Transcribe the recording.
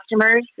customers